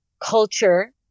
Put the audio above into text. culture